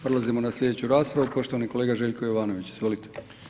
Prelazimo na slijedeću raspravu, poštovani kolega Željko Jovanović, izvolite.